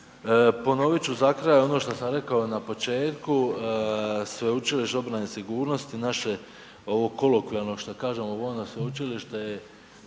Ponovit ću za kraj ono što sam rekao na početku. Sveučilište za obranu i sigurnost naše ovo kvolokijalno što kažemo ovo ono sveučilište je